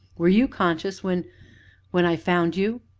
were you conscious when when i found you?